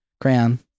crayon